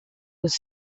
was